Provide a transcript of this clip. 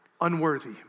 unworthy